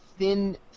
Thin